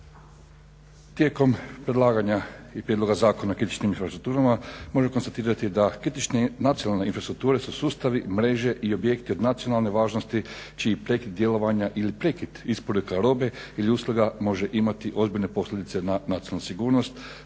Tijekom predlaganja i Prijedloga zakona o kritičnim infrastrukturama možemo konstatirati da kritične nacionalne infrastrukture su sustavi mreže i objekti od nacionalne važnosti čiji prekid djelovanja ili prekid isporuka robe ili usluga može imati ozbiljne posljedice na nacionalnu sigurnost,